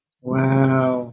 Wow